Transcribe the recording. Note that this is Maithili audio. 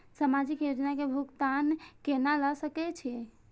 समाजिक योजना के भुगतान केना ल सके छिऐ?